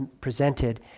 presented